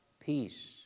peace